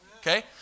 okay